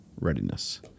readiness